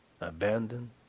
abandoned